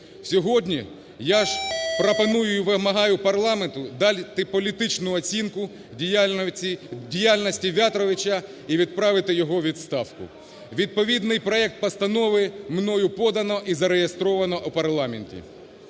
Сьогодні я ж пропоную і вимагаю в парламенту дати політичну оцінку діяльності В'ятровича і відправити його у відставку. Відповідний проект постанови мною подано і зареєстровано в парламенті.